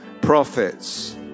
prophets